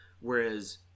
whereas